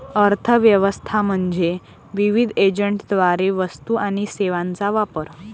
अर्थ व्यवस्था म्हणजे विविध एजंटद्वारे वस्तू आणि सेवांचा वापर